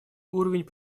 уровень